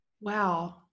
Wow